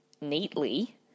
neatly